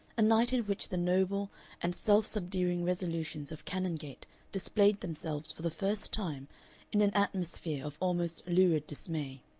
a night in which the noble and self-subduing resolutions of canongate displayed themselves for the first time in an atmosphere of almost lurid dismay.